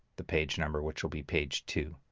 the page number, which will be page two.